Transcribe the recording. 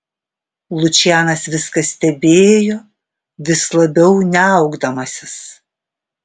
lučianas viską stebėjo vis labiau niaukdamasis